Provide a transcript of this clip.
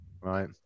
Right